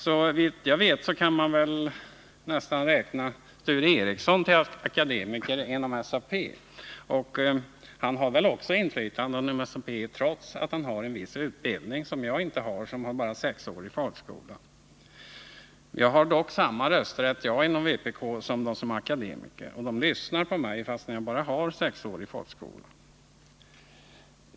Såvitt jag vet kan man nästan räkna Sture Ericson till akademikerna inom SAP, och han har väl inflytande inom SAP, trots att han har en viss utbildning som jag inte har — jag har bara sexårig folkskola. Jag har dock samma rösträtt som de som är akademiker, och de lyssnar på mig, fastän jag bara har sexårig folkskola.